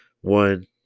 one